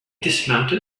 dismounted